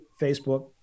Facebook